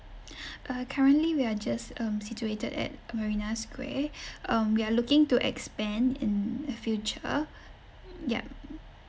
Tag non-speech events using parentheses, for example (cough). (breath) uh currently we are just um situated at marina square um we are looking to expand in future yup